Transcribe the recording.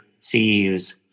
CEUs